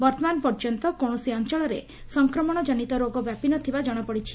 ବର୍ଉମାନ ପର୍ଯ୍ୟନ୍ତ କୌଣସି ଅଞ୍ଞଳରେ ସଂକ୍ରାମଣ ଜନିତ ରୋଗ ବ୍ୟାପିନଥିବା ଜଣାପଡ଼ିଛି